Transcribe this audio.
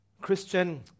Christian